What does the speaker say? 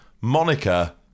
Monica